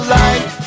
life